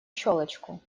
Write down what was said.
щелочку